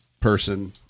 person